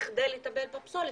בכדי לטפל בפסולת,